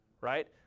Right